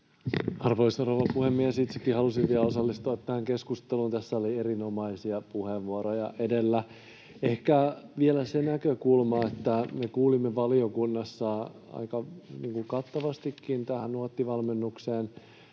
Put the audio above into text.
Arvoisa rouva puhemies! Itsekin halusin vielä osallistua tähän keskusteluun — tässä oli erinomaisia puheenvuoroja edellä — ehkä vielä siitä näkökulmasta, että me kuulimme valiokunnassa aika kattavastikin tähän Nuotti-valmennukseen